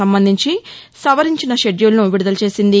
సంబంధించి సవరించిన షెడ్యూల్ను విడుదల చేసింది